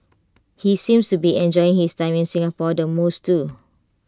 he seems to be enjoying his time in Singapore the most too